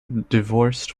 divorced